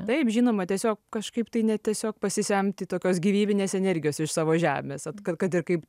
taip žinoma tiesiog kažkaip tai net tiesiog pasisemti tokios gyvybinės energijos iš savo žemės vat kad ir kaip